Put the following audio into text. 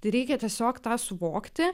tai reikia tiesiog tą suvokti